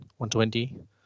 120